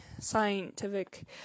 scientific